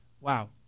wow